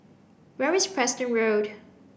where is Preston Road